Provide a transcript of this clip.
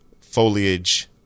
foliage